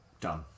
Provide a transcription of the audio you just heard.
done